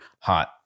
hot